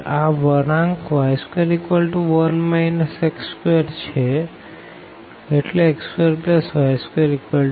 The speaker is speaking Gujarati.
આ વળાંક y21 x2 છે એટલે x2y21